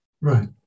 Right